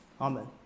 Amen